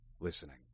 listening